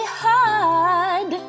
hard